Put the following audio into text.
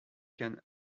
can